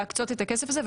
להקצות את הכסף הזה,